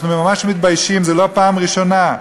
אנחנו ממש מתביישים, ולא בפעם ראשונה.